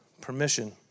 permission